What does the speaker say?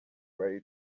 way